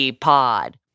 pod